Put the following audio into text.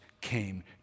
came